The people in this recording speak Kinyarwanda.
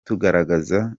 tugaragaza